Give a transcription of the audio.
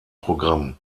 programm